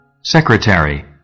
Secretary